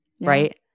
right